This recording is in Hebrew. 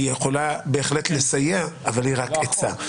היא יכולה בהחלט לסייע, אבל היא רק עצה.